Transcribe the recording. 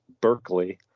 Berkeley